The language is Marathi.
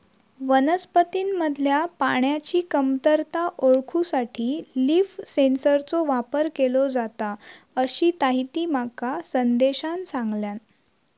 वनस्पतींमधल्या पाण्याची कमतरता ओळखूसाठी लीफ सेन्सरचो वापर केलो जाता, अशीताहिती माका संदेशान सांगल्यान